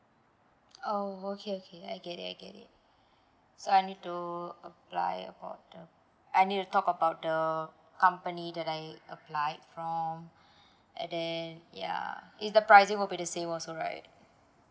oh okay okay I get it I get it so I need to apply about the I need to talk about the company that I applied from and then ya is the pricing will be the same also right